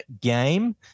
game